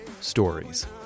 Stories